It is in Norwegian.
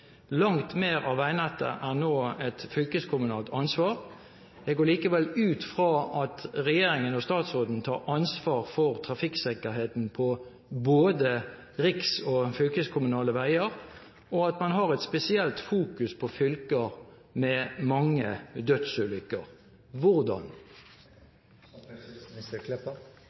Langt mer av veinettet er nå et fylkeskommunalt ansvar. Jeg går likevel ut fra at regjeringen og statsråden tar ansvar for trafikksikkerheten på både riks- og fylkeskommunale veier, og at man har et spesielt fokus på fylker med mange dødsulykker. Hvordan?»